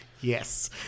Yes